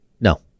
No